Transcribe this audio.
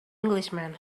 englishman